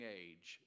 age